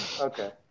Okay